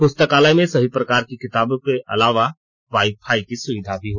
पुस्कालय में सभी प्रकार की किताबों के अलावा वाईफाई की सुविधा हो